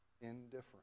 indifferent